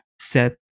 set